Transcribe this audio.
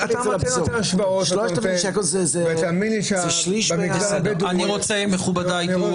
3,000 שקל זה שליש --- מכובדי,